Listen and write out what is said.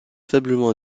faiblement